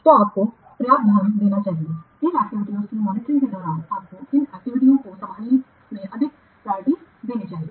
तो आपको पर्याप्त ध्यान देना चाहिए इन एक्टिविटीयों की मॉनिटरिंग के दौरान आपको इन एक्टिविटीयों को संभालने में अधिक प्रायोरिटी देनी चाहिए